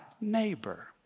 neighbor